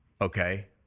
Okay